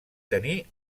tenir